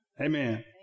Amen